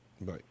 Bye